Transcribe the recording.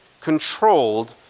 controlled